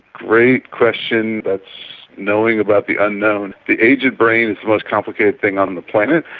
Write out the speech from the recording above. great question. that's knowing about the unknown. the aged brain is the most complicated thing on the planet.